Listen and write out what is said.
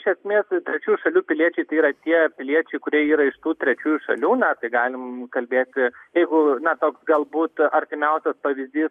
iš esmės tai trečių šalių piliečiai tai yra tie piliečiai kurie yra iš tų trečiųjų šalių na tai galime kalbėti jeigu na toks galbūt artimiausias pavyzdys